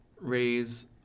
raise